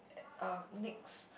um Nicks